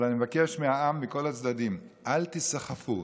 אבל אני מבקש מהעם, מכל הצדדים: אל תיסחפו.